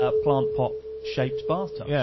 ah plant-pot shaped bathtubs. yeah